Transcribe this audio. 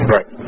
Right